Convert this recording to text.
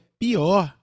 pior